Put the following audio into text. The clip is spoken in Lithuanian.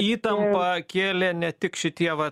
įtampą kėlė ne tik šitie va